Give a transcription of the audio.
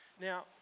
Now